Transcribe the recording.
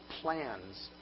plans